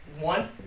One